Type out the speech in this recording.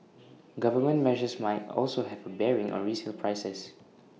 government measures might also have A bearing on resale prices